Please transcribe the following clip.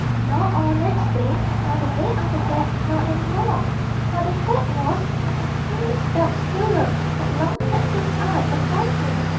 nor all next day, nor the day after that, nor any more for the fact was, an experienced dog-stealer had long had his eye upon him,